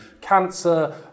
cancer